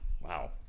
Wow